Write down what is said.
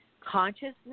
consciousness